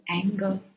anger